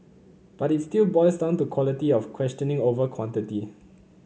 but it still boils down to quality of questioning over quantity